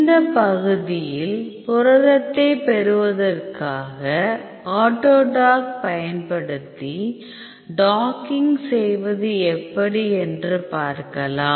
இந்த பகுதியில் புரதத்தைப் பெறுவதற்காக ஆட்டோடாக் பயன்படுத்தி டாக்கிங் செய்வது எப்படி என்று பார்க்கலாம்